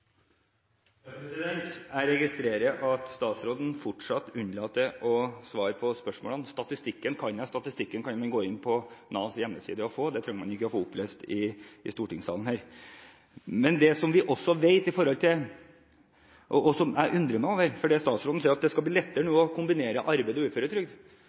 Jeg registrerer at statsråden fortsatt unnlater å svare på spørsmålene. Statistikken kan jeg. Statistikken kan man gå inn på Navs hjemmesider og få. Den trenger man ikke å få opplest i stortingssalen. Det jeg undrer meg over, er at statsråden sier at det nå skal bli lettere å kombinere arbeid og uføretrygd. Det betyr jo at statsråden innrømmer at vi skal konvertere folk fra arbeidsavklaringspenger tilbake til uføretrygd